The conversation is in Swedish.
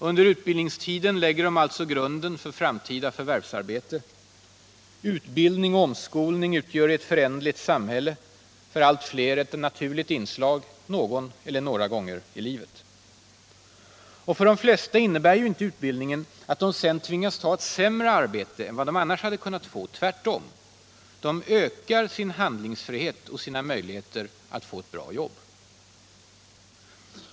Under utbildningstiden lägger de alltså grunden till ett framtida förvärvsarbete. Utbildning och omskolning utgör i ett föränderligt samhälle för allt fler ett naturligt inslag någon eller några gånger i livet. Och för de flesta innebär ju inte utbildningen att de sedan tvingas ta ett sämre arbete än vad de annars hade kunnat få — tvärtom. De ökar sin handlingsfrihet och sina möjligheter att få ett bra jobb.